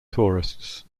tourists